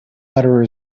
butter